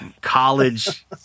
college